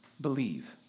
believe